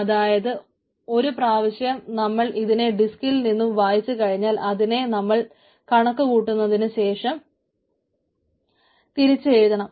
അതായത് ഒരു പ്രാവശ്യം നമ്മൾ ഇതിനെ ഡിസ്കിൽ നിന്നു വായിച്ചു കഴിഞ്ഞാൽ അതിനെ നമ്മൾ കണക്കുകൂട്ടിയതിനു ശേഷം തിരിച്ച് എഴുതണം